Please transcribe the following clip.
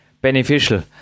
beneficial